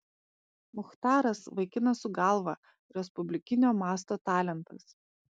muchtaras vaikinas su galva respublikinio masto talentas